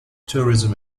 tourism